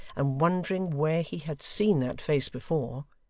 and wondering where he had seen that face before.